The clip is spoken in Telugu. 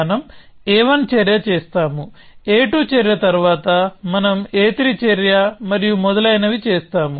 మనం a1 చర్య చేస్తాము a2 చర్య తరువాత మనం a3 చర్య మరియు మొదలైనవి చేస్తాము